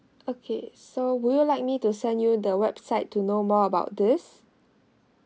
okay so will you like me to send you the website to know more about this